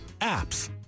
APPS